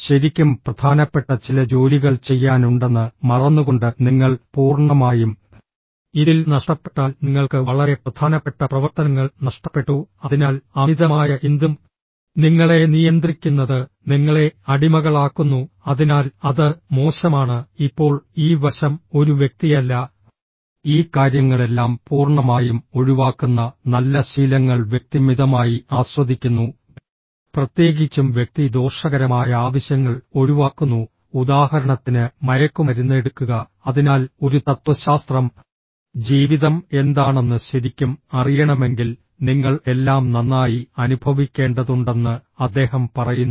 ശരിക്കും പ്രധാനപ്പെട്ട ചില ജോലികൾ ചെയ്യാനുണ്ടെന്ന് മറന്നുകൊണ്ട് നിങ്ങൾ പൂർണ്ണമായും ഇതിൽ നഷ്ടപ്പെട്ടാൽ നിങ്ങൾക്ക് വളരെ പ്രധാനപ്പെട്ട പ്രവർത്തനങ്ങൾ നഷ്ടപ്പെട്ടു അതിനാൽ അമിതമായ എന്തും നിങ്ങളെ നിയന്ത്രിക്കുന്നത് നിങ്ങളെ അടിമകളാക്കുന്നു അതിനാൽ അത് മോശമാണ് ഇപ്പോൾ ഈ വശം ഒരു വ്യക്തിയല്ല ഈ കാര്യങ്ങളെല്ലാം പൂർണ്ണമായും ഒഴിവാക്കുന്ന നല്ല ശീലങ്ങൾ വ്യക്തി മിതമായി ആസ്വദിക്കുന്നു പ്രത്യേകിച്ചും വ്യക്തി ദോഷകരമായ ആവശ്യങ്ങൾ ഒഴിവാക്കുന്നു ഉദാഹരണത്തിന് മയക്കുമരുന്ന് എടുക്കുക അതിനാൽ ഒരു തത്വശാസ്ത്രം ജീവിതം എന്താണെന്ന് ശരിക്കും അറിയണമെങ്കിൽ നിങ്ങൾ എല്ലാം നന്നായി അനുഭവിക്കേണ്ടതുണ്ടെന്ന് അദ്ദേഹം പറയുന്നു